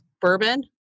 bourbon